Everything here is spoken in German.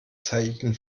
zeichen